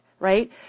Right